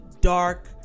dark